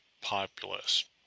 populist